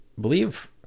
believe –